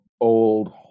old